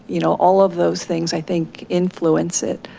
you know all of those things, i think, influence it.